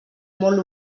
molt